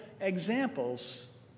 examples